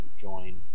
join